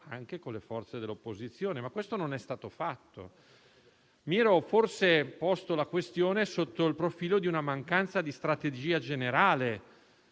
anche con le forze dell'opposizione, ma questo non è stato fatto. Mi ero forse posto la questione sotto il profilo di una mancanza di strategia generale,